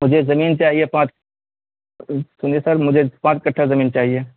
مجھے زمین چاہیے پانچ سنیے سر مجھے پانچ کٹھا زمیں چاہیے